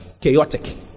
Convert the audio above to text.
chaotic